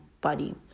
body